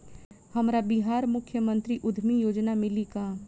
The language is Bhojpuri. हमरा बिहार मुख्यमंत्री उद्यमी योजना मिली का?